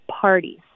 parties